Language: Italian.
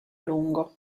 lungo